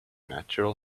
natural